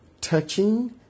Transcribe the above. Touching